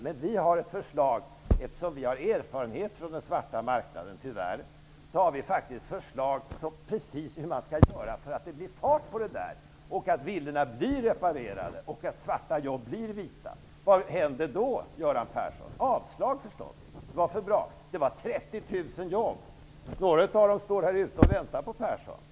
Eftersom vi i Ny demokrati har erfarenhet från den svarta marknaden -- tyvärr! -- har vi föreslagit precis hur man skall göra för att få fart så att villorna blir reparerade och att svarta jobb blir vita. Vad händer då, Göran Persson? Avslag förstås! Det var de 30 000 jobben. Några av de arbetslösa står här ute och väntar på Göran Persson.